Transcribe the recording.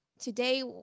Today